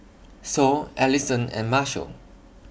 Sol Ellison and Marshal